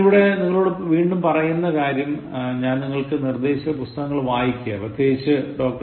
ഞാൻ ഇവിടെ നിങ്ങളോട് വീണ്ടും പറയുന്ന കാര്യം ഞാൻ നിങ്ങൾക്ക് നിർദ്ദേശിച്ച പുസ്തകങ്ങൾ വായിക്കുക പ്രത്യേകിച്ചു ഡോ